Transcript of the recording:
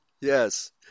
yes